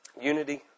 Unity